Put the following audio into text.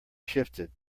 shifted